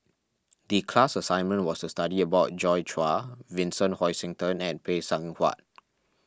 the class assignment was to study about Joi Chua Vincent Hoisington and Phay Seng Whatt